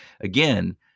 Again